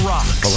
Rock